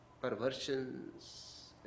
perversions